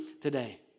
today